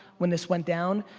when this went down,